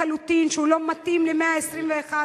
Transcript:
שלחלוטין לא מתאים למאה ה-21.